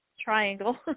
triangle